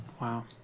Wow